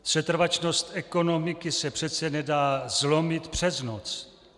Setrvačnost ekonomiky se přece nedá zlomit přes noc.